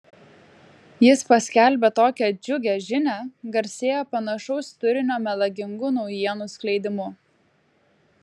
jis paskelbė tokią džiugią žinią garsėja panašaus turinio melagingų naujienų skleidimu